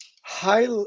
high